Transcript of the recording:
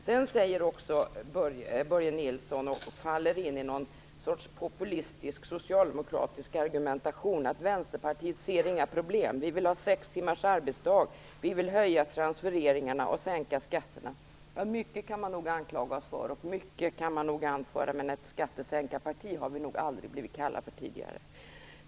Sedan faller Börje Nilsson in i någon sorts populistisk socialdemokratisk argumentation och säger att Vänsterpartiet inte ser några problem. Det heter att vi vill ha sex timmars arbetsdag, vi vill höja transfereringarna och vi vill sänka skatterna. Mycket kan man nog anklaga oss för och mycket kan man nog anföra, men ett skattesänkarparti har vi nog aldrig blivit kallade tidigare.